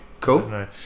Cool